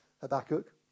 Habakkuk